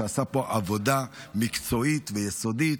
שעשה פה עבודה מקצועית ויסודית,